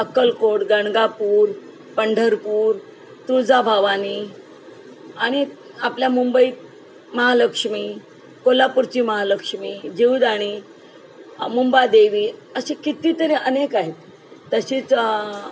अक्कलकोट गाणगापूर पंढरपूर तुळजाभवानी आणि आपल्या मुंबई महालक्ष्मी कोल्हापूरची महालक्ष्मी जीवदाणी मुंबादेवी असे कितीतरी अनेक आहेत तशीच